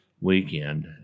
weekend